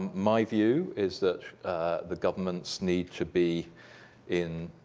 my view is that the governments need to be in,